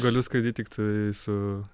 galiu skraidyt tiktai su